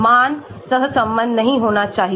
मान सहसंबद्ध नहीं होना चाहिए